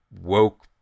woke